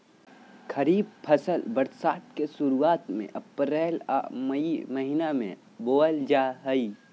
खरीफ फसल बरसात के शुरुआत में अप्रैल आ मई महीना में बोअल जा हइ